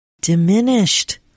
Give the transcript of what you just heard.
Diminished